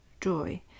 joy